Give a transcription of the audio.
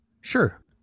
Sure